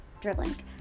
dribbling